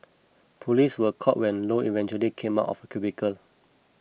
police were called when Low eventually came out of the cubicle